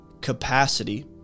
capacity